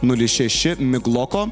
nulis šeši migloko